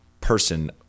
person